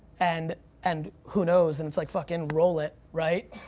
and and who knows? and it's like fucking roll it, right?